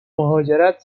مهاجرت